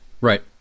right